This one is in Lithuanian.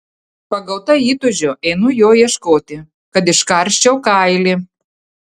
pagauta įtūžio einu jo ieškoti kad iškarščiau kailį